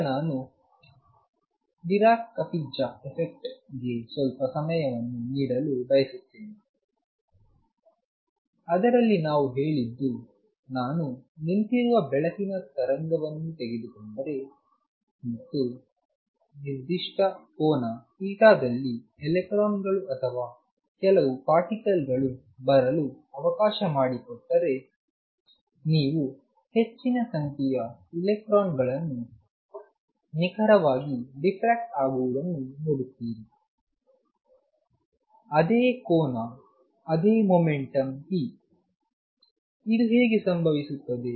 ಈಗ ನಾನು Dirac Kapitza effect ಗೆ ಸ್ವಲ್ಪ ಸಮಯವನ್ನು ನೀಡಲು ಬಯಸುತ್ತೇನೆ ಅದರಲ್ಲಿ ನಾವು ಹೇಳಿದ್ದು ನಾನು ನಿಂತಿರುವ ಬೆಳಕಿನ ತರಂಗವನ್ನು ತೆಗೆದುಕೊಂಡರೆ ಮತ್ತು ನಿರ್ದಿಷ್ಟ ಕೋನ ಥೀಟಾದಲ್ಲಿ ಎಲೆಕ್ಟ್ರಾನ್ಗಳು ಅಥವಾ ಕೆಲವು ಪಾರ್ಟಿಕಲ್ ಗಳು ಬರಲು ಅವಕಾಶ ಮಾಡಿಕೊಟ್ಟರೆ ನೀವು ಹೆಚ್ಚಿನ ಸಂಖ್ಯೆಯ ಎಲೆಕ್ಟ್ರಾನ್ಗಳನ್ನು ನಿಖರವಾಗಿ ಡಿಫ್ರಾಕ್ಟ್ ಆಗಿರುವುದನ್ನು ನೋಡುತ್ತೀರಿ ಅದೇ ಕೋನ ಅದೇ ಮೊಮೆಂಟಂ p ಇದು ಹೇಗೆ ಸಂಭವಿಸುತ್ತದೆ